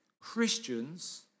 Christians